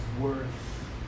worth